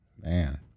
man